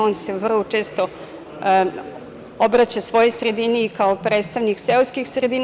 On se vrlo često obraća svojoj sredini i kao predstavnik seoskih sredina.